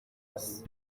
gusa